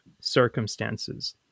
circumstances